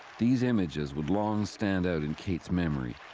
these images would long stand out in kate's memory,